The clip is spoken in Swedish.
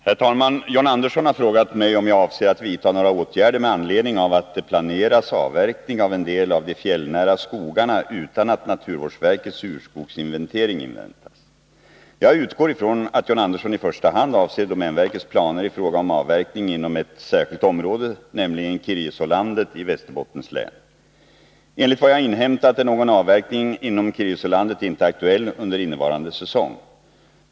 Herr talman! John Andersson har frågat mig om jag avser att vidta några åtgärder med anledning av att det planeras avverkning av en del av de fjällnära skogarna utan att naturvårdsverkets urskogsinventering inväntas. Jag utgår från att John Andersson i första hand avser domänverkets planer i fråga om avverkning inom ett särskilt område, nämligen Kirjesålandet i Västerbottens län. Enligt vad jag inhämtat är någon avverkning inom Kirjesålandet inte aktuell under innevarande säsong.